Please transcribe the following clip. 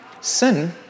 Sin